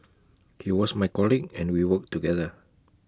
he was my colleague and we worked together